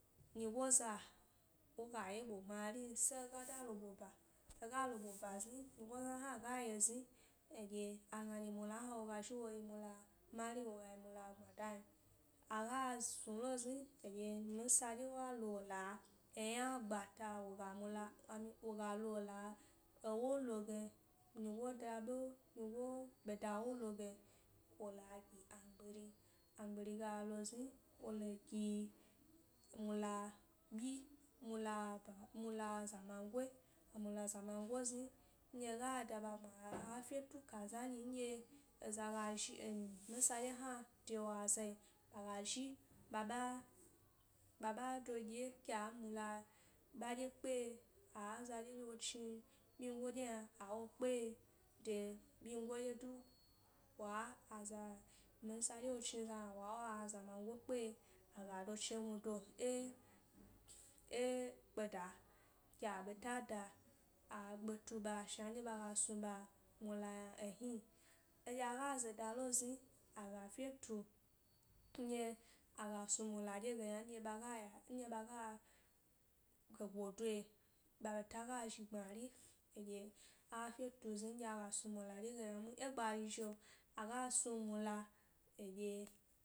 Nyigoza, woga ye ɓo gbma rin se ga da lo ɓo ba hega lo ɓo zni nyigo hna ga ye zni eɗye agna mula hna ga zhi wo yi mula marin woga yi mula gbma dan aga snulo zni eɗye minsa ɗye wa lo wola eyna gbata woga mula, woga lo wola ewo lo ge nyigo da ɓe nyigo beda wo loge wo la gi amgbiri, amgbiri ga lo zne wole gi mula ɓyi mula baba, mula zaman goe mula zamango zni nɗge ga da ɓa gbma aga efye tu kaza nyi nɗye eza ga zhi em-minsa ɗye hna ke wa azayi wa zhi ɓa, ɓa ɓa do ɗye kea mula ɓa dye kpeye aza ɗye ɗye wo chni ɓyin go ɗye yna a wo kpe ye, de byingo dye du wa aza minsa dye wo chniza yna wa wa aza mango kpe ye aga do chegnu do eh-eh-kpeda ke a ɓeta da a gbe tuɓa shna nɗye ɓaga snu ɓa mula yna e hni nɗye aga zoda lo zni aga fye tu nɗye aga snu mula ɗye ge yna ɓaga, ya nɗye ɓaga ɓa ɓeta ga zhi gbmari edye afye tu zni nɗye aga snu mula ɗye ge yna e gbari zhi'o aga snu mula eɗye.